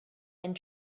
and